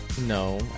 no